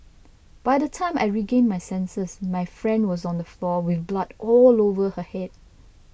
by the time I regained my senses my friend was on the floor with blood all over her head